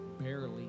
barely